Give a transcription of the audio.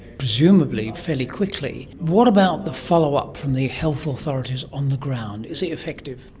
presumably fairly quickly. what about the follow-up from the health authorities on the ground. is it effective?